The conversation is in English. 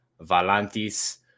Valantis